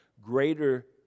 greater